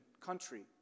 country